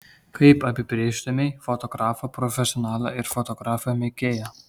kaip apibrėžtumei fotografą profesionalą ir fotografą mėgėją